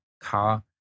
car